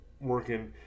Working